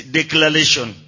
declaration